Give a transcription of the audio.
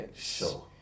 sure